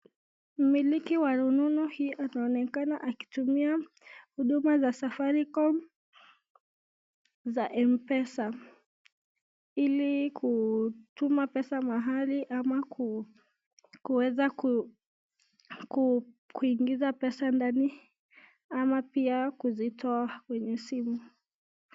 Mmiliki wa rununu hii anaonekana akitumia huduma za safaricom za Mpesa ili kutuma pesa mahali ama kuweza kuingiza pesa ndani ama pia kuzitoa kwenye simu.